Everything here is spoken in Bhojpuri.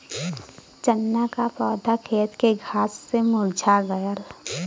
चन्ना क पौधा खेत के घास से मुरझा गयल